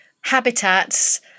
habitats